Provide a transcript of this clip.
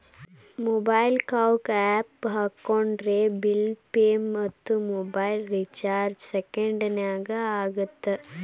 MobiKwik app ಹಾಕೊಂಡ್ರೆ bill pay ಮತ್ತ mobile recharge ಸೆಕೆಂಡನ್ಯಾಗ ಆಗತ್ತ